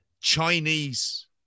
Chinese